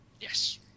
Yes